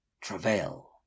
travail